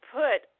put